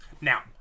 Now